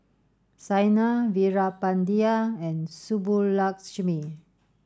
Saina Veerapandiya and Subbulakshmi